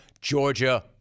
Georgia